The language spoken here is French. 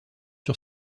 sur